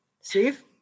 Steve